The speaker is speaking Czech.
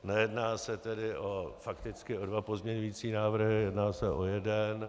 Nejedná se tedy fakticky o dva pozměňovací návrhy, jedná se o jeden.